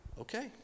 Okay